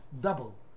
double